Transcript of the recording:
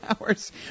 hours